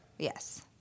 Yes